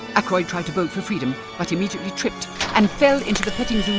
ackroyd tried to bolt for freedom but immediately tripped and fell into the petting zoo's